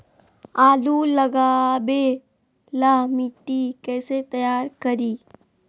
आलु लगावे ला मिट्टी कैसे तैयार करी?